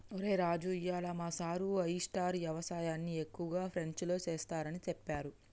ఒరై రాజు ఇయ్యాల మా సారు ఆయిస్టార్ యవసాయన్ని ఎక్కువగా ఫ్రెంచ్లో సెస్తారని సెప్పారు